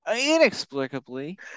inexplicably